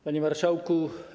Panie Marszałku!